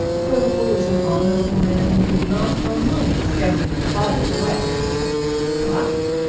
quiverful is an honourable man, and would not, for a moment, stand in your father's way what?